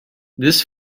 this